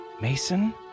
Mason